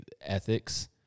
ethics